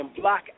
block